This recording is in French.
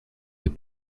les